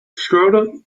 schroeder